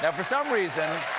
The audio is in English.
um for some reason